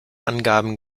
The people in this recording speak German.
angaben